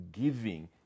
giving